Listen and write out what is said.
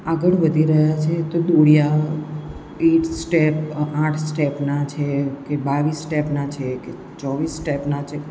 આગળ વધી રહ્યા છે તો ડોડીયા એટ સ્ટેપ આઠ સ્ટેપના છે કે બાવીસ સ્ટેપના છે કે ચોવીસ સ્ટેપના છે